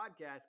podcast